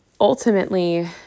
ultimately